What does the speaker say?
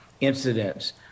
incidents